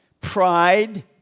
Pride